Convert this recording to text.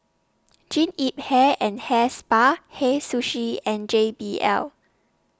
Jean Yip Hair and Hair Spa Hei Sushi and J B L